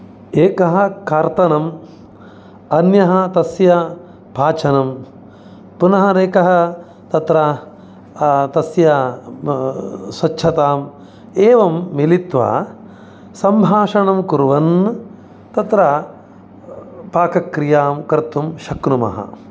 एकः कर्तनम् अन्यः तस्य पाचनं पुनः एकः तत्र तस्य स्वच्छताम् एवं मिलित्वा सम्भाषणं कुर्वन् तत्र पाकक्रियां कर्तुं शक्नुमः